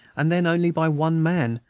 and then only by one man,